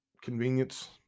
convenience